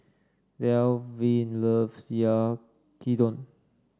Delvin loves Yaki Udon